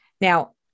Now